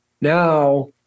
Now